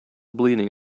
bleeding